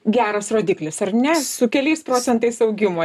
geras rodiklis ar ne su keliais procentais augimo